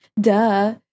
Duh